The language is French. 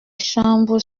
chambre